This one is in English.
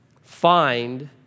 Find